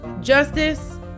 justice